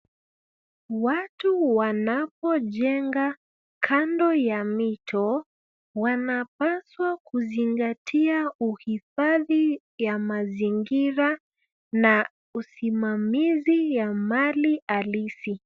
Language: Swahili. Watu wanapojenga kando ya mito wanapaswa kuzingatia uhifadhi ya mazingira na usimamizi ya mali halisi.